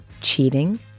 cheating